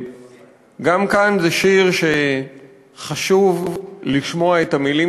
וגם כאן זה שיר שחשוב לשמוע את המילים